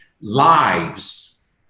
lives